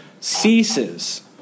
ceases